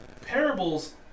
Parables